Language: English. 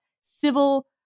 civil